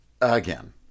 again